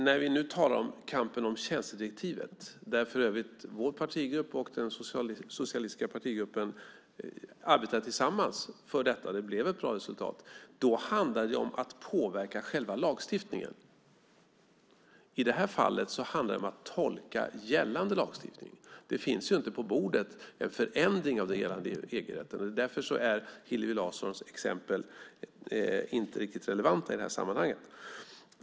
När vi talar om kampen om tjänstedirektivet - där för övrigt vår partigrupp och den socialistiska partigruppen arbetade tillsammans för detta och det blev ett bra resultat - handlar det om att påverka själva lagstiftningen. I det här fallet handlar det om att tolka gällande lagstiftning. En förändring av hela EG-rätten finns inte på bordet. Därför är Hillevi Larssons exempel inte riktigt relevanta i det här sammanhanget.